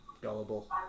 gullible